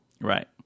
Right